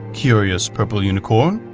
curious purple unicorn?